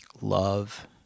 love